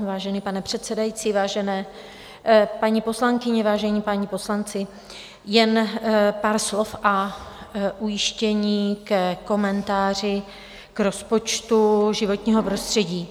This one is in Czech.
Vážený pane předsedající, vážené paní poslankyně, vážení páni poslanci, jen pár slov a ujištění ke komentáři k rozpočtu životního prostředí.